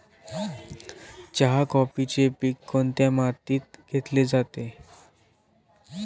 चहा, कॉफीचे पीक कोणत्या मातीत घेतले जाते?